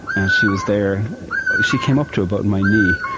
and she was there she came up to about my knee.